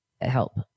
help